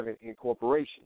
incorporation